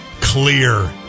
clear